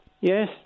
Yes